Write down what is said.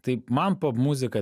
tai man popmuzika